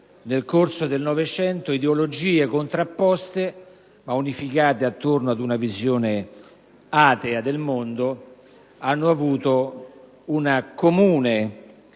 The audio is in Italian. soprattutto del Novecento, ideologie contrapposte ma unificate attorno ad una visione atea del mondo hanno avuto una comune